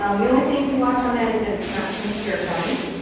um the only thing to watch on that is that it's not chunky or gummy.